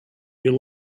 your